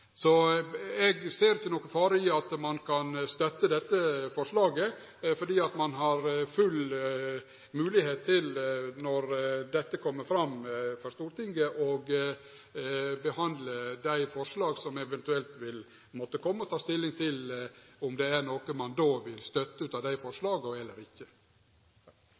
Eg ser ikkje nokon fare i at ein kan støtte dette forslaget, for ein har full moglegheit til, når dette kjem fram for Stortinget, å behandle dei forslaga som eventuelt vil måtte komme, og då ta stilling til om det er nokon av dei forslaga ein vil støtte